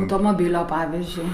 automobilio pavyzdžiui